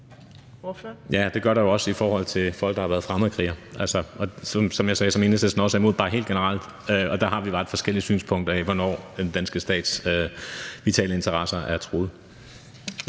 Ja, det gør der jo også i forhold til folk, der har været fremmedkrigere, og der er, som jeg sagde, Enhedslisten bare helt generelt imod. Og der har vi bare et forskelligt synspunkt på, hvornår den danske stats vitale interesser er truet.